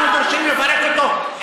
אנחנו דורשים לפרק אותו.